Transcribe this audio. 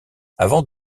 avant